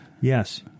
Yes